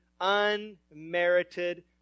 unmerited